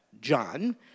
John